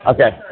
Okay